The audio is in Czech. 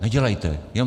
Nedělejte je.